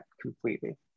completely